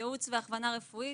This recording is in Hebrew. וגם ייעוץ והכוונה רפואית.